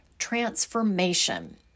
transformation